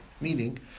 Meaning